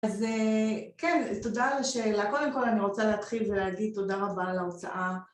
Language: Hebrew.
אז כן, תודה על השאלה. קודם כל אני רוצה להתחיל ולהגיד תודה רבה על ההוצאה.